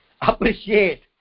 appreciate